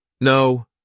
No